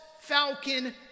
Falcon